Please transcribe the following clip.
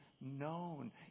known